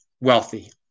wealthy